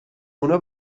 اونا